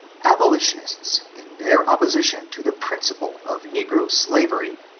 abolitionists, in their opposition to the principle of negro slavery,